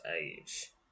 age